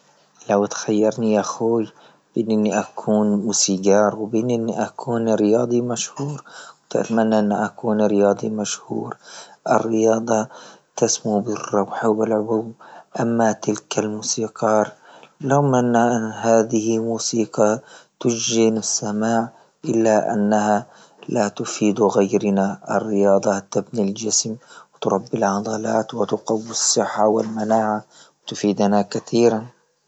لو تخيرني يا خوي بأنني أكون موسيقار وبين أني أكون رياضي مشهور فأتمنى أني أكون رياضي مشهور، الرياضة تسمو بالروح وله، أما تلك الموسيقار لو منا أن هذه موسيقى تجزي من سماع إلا أنها لا تفيد غيرنا، الرياضة تبني الجسم وتربي العضلات وتقوي الصحة والمناعة تفيدنا كثيرا.